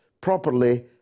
properly